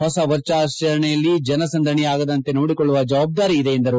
ಹೊಸ ವರ್ಷಾಚರಣೆಯಲ್ಲಿ ಜನ ಸಂದಣಿ ಆಗದಂತೆ ನೋಡಿಕೊಳ್ಳುವ ಜವಾಬ್ದಾರಿ ಇದೆ ಎಂದರು